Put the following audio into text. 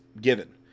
given